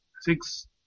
six